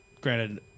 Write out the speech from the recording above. granted